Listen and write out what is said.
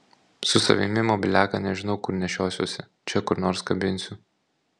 su savimi mobiliaką nežinau kur nešiosiuosi čia kur nors kabinsiu